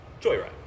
Joyride